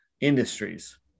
industries